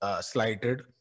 slighted